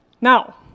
Now